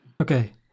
Okay